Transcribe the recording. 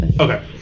Okay